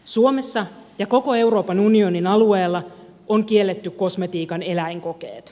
suomessa ja koko euroopan unionin alueella on kielletty kosmetiikan eläinkokeet